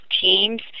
teams